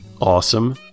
Awesome